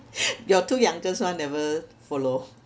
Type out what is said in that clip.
your two youngest one never follow